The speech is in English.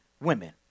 women